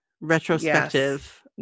retrospective